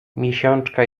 miesiączka